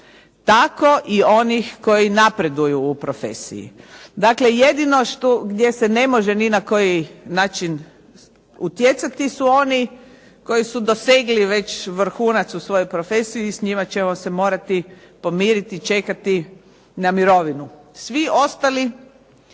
tako i onih koji napreduju u profesiji. Dakle, jedino što gdje se ne može ni na koji način utjecati su oni koji su dosegli već vrhunac u profesiji s njima ćemo se morati pomiriti i čekati na mirovinu. Za sve ostale